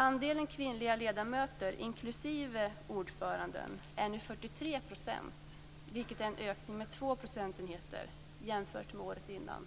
Andelen kvinnliga ledamöter, inklusive ordföranden, är 43 %, vilket är en ökning med 2 procentenheter jämfört med året innan.